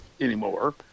anymore